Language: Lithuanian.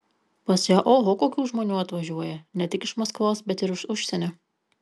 pas ją oho kokių žmonių atvažiuoja ne tik iš maskvos bet ir iš užsienio